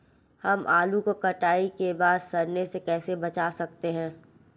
हम आलू को कटाई के बाद सड़ने से कैसे बचा सकते हैं?